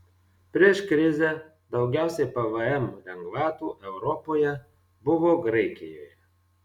prieš krizę daugiausiai pvm lengvatų europoje buvo graikijoje